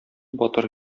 батыр